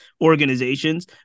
organizations